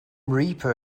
reaper